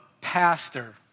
pastor